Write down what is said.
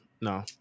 no